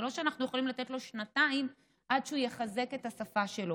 זה לא שאנחנו יכולים לתת לו שנתיים עד שהוא יחזק את השפה שלו.